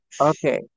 okay